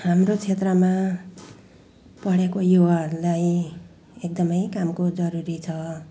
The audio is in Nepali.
हाम्रो क्षेत्रमा पढेको युवाहरूलाई एकदमै कामको जरुरी छ